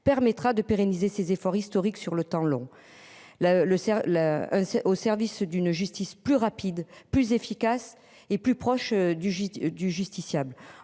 permettra de pérenniser ces efforts historique sur le temps long. Le le le, au service d'une justice plus rapide, plus efficace et plus proche du du justiciable.